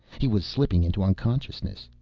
he was slipping into unconsciousness.